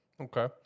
Okay